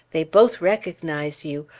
they both recognize you!